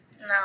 No